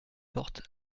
porte